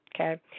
Okay